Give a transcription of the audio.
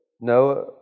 Noah